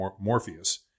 Morpheus